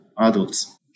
adults